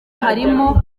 harimo